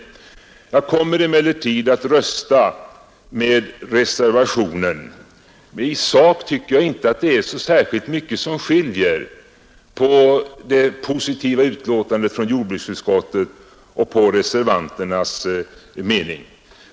Jag kommer emellertid att rösta för reservationen. I sak tycker jag inte att det är så särskilt mycket som skiljer mellan det positiva betänkandet från jordbruksutskottet och reservanternas mening.